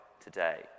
today